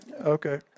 Okay